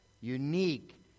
unique